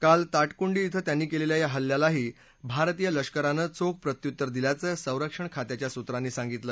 काल ताटकुंडी क्रिं त्यांनी केलेल्या या हल्ल्यालाही भारतीय लष्करानं चोख प्रत्युत्तर दिल्याचं संरक्षण खात्याच्या सूत्रांनी सांगितलं